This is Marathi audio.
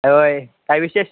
होय काय विशेष